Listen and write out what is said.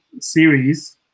series